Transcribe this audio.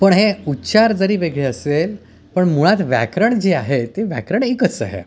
पण हे उच्चार जरी वेगळे असेल पण मुळात व्याकरण जे आहे ते व्याकरण एकच आहे